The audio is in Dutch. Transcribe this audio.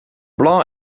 blanc